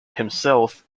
himself